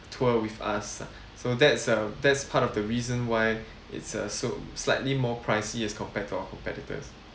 tour with us ah so that's uh that's part of the reason why it's a so slightly more pricey as compared to our competitors